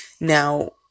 Now